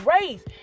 race